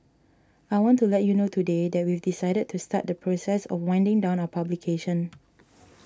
I want to let you know today that we've decided to start the process of winding down our publication